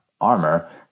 armor